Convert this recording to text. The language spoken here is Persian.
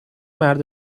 مرد